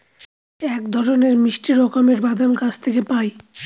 এক ধরনের মিষ্টি রকমের বাদাম গাছ থেকে পায়